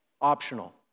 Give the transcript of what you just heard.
optional